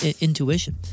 intuition